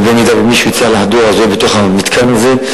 אם מישהו הצליח לחדור, הוא יהיה בתוך המתקן הזה,